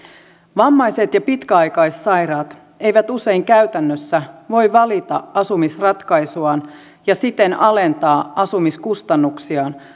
vammaiset ja pitkäaikaissairaat eivät usein käytännössä voi valita asumisratkaisuaan ja siten alentaa asumiskustannuksiaan